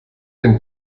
den